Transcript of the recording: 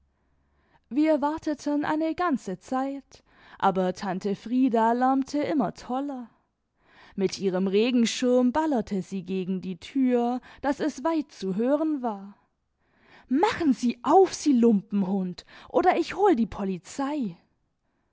wir warteten eine ganze zeit aber tante frieda lärmte immer toller mit ihrem regenschirm ballerte sie gegen die tür daß es weit zu hören war machen sie auf sie lumpenhund i oder ich hol die polizei